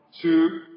two